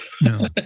No